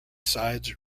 sides